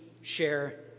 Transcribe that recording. share